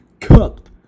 Cooked